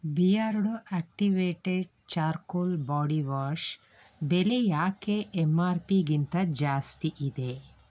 Beardo activated charcoal body wash ಬೆಲೆ ಏಕೆ M R ಪಿಗಿಂತ ಜಾಸ್ತಿ ಇದೆ